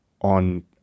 on